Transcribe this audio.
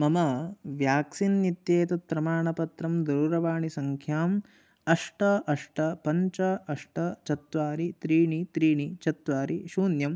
मम व्याक्सिन् इत्येतत् प्रमाणपत्रं दूरवाणीसङ्ख्याम् अष्ट अष्ट पञ्च अष्ट चत्वारि त्रीणि त्रीणि चत्वारि शून्यं